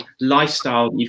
lifestyle